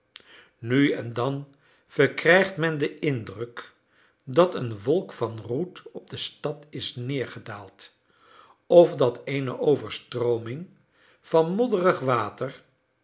nu en dan verkrijgt men den indruk dat een wolk van roet op de stad is neergedaald of dat eene overstrooming van modderig water